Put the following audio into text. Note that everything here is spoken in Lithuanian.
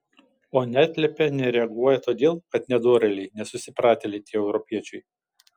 o neatliepia nereaguoja todėl kad nedorėliai nesusipratėliai tie europiečiai